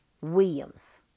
Williams